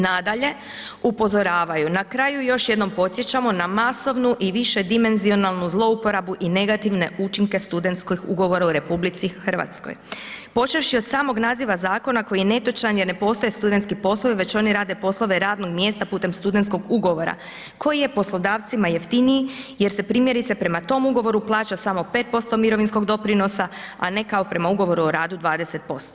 Nadalje upozoravaju, na kraju još jedno podsjećamo na masovnu i višedimenzionalnu zlouporabu i negativne učinke studentskih ugovora u RH počevši od samog naziva zakona koji je netočan jer ne postoje studentski poslovi već oni rade poslove radnog mjesta putem studentskog ugovora koji je poslodavcima jeftiniji jer se primjerice prema tom ugovoru plaća samo 5% mirovinskog doprinosa, a ne kao prema Ugovoru o radu 20%